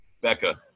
Becca